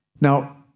Now